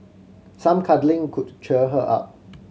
some cuddling could cheer her up